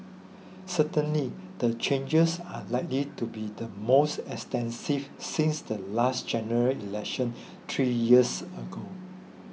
certainly the changes are likely to be the most extensive since the last General Election three years ago